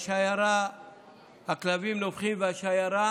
והכלבים נובחים והשיירה